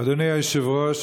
אדוני היושב-ראש,